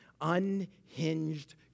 unhinged